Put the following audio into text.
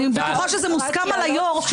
אני בטוחה שזה מוסכם על היו"ר,